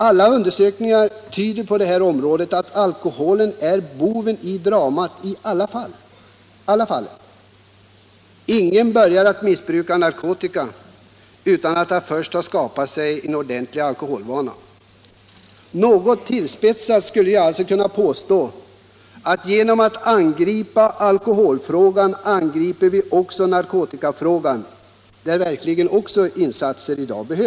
Alla undersökningar tyder dock på att alkoholen är boven i dramat i samtliga fall. Ingen börjar att missbruka narkotika utan att först ha skapat sig en ordentlig alkoholvana. Något tillspetsat skulle jag alltså kunna påstå att genom att angripa alkoholfrågan angriper vi även narkotikafrågan, där insatser verkligen också behövs i dag.